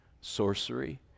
sorcery